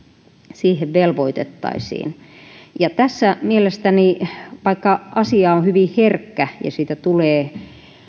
siihen velvoitettaisiin tässä mielestäni vaikka asia on hyvin herkkä ja siitä tulee